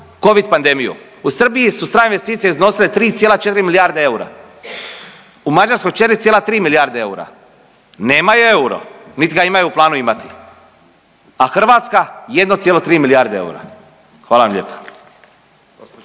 Covid pandemiju u Srbiji su strane investicije iznosile 3,4 milijarde eura, u Mađarskoj 4,3 milijarde eura. Nemaju euro, niti ga imaju u planu imati. A Hrvatska 1,3 milijarde eura. Hvala vam lijepa.